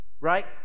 right